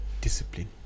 discipline